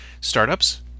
startups